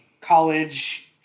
college